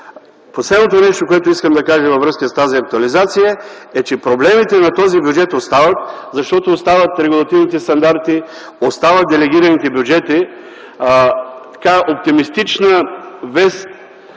Последното нещо, което искам да кажа във връзка с тази актуализация, е, че проблемите на този бюджет остават, защото остават регулативните стандарти и делегираните бюджети. Оптимистична вест